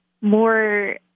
more